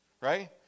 right